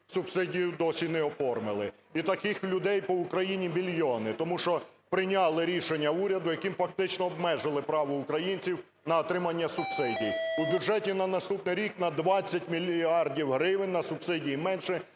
субсидію досі не оформили. І таких людей по Україні мільйони, тому що прийняли рішення уряду, яким фактично обмежити право українців на отримання субсидій. У бюджеті на наступний рік на 20 мільярдів гривень на субсидії менше,